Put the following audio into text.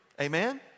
Amen